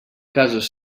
cases